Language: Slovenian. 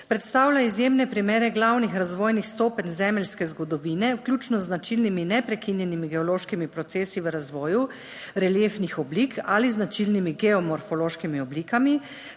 predstavlja izjemne primere glavnih razvojnih stopenj zemeljske zgodovine vključno z značilnimi neprekinjenimi geološkimi procesi v razvoju reliefnih oblik ali z značilnimi geomorfološkimi oblikami.